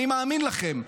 אני מאמין לכם.